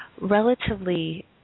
relatively